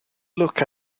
look